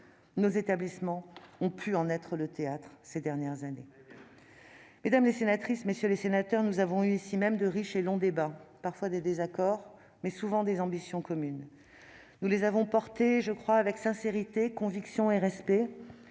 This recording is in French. nos établissements ont pu être le théâtre ces dernières années. Très bien ! Mesdames les sénatrices, messieurs les sénateurs, nous avons eu ici même de riches et longs débats, parfois des désaccords, mais souvent des ambitions communes. Nous les avons portées avec sincérité, conviction et respect.